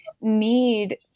need